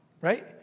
right